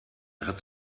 hat